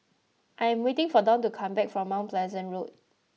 I am waiting for Don to come back from Mount Pleasant Road